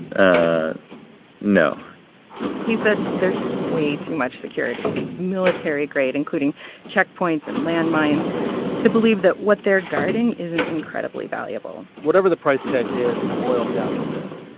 ah no he said there's way too much security like, military grade, including checkpoints and landmines to believe that what they're guarding isn't incredibly valuable whatever the price tag is, it boils down to this.